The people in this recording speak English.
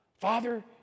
Father